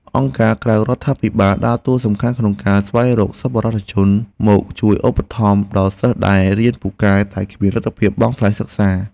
អង្គការក្រៅរដ្ឋាភិបាលដើរតួសំខាន់ក្នុងការស្វែងរកសប្បុរសជនមកជួយឧបត្ថម្ភដល់សិស្សដែលរៀនពូកែតែគ្មានលទ្ធភាពបង់ថ្លៃសិក្សា។